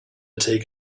take